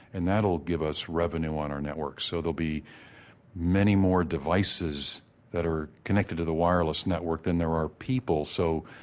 and that'll give us revenue on our network. so there'll be many more devices that are connected to the wireless network than there are people. so,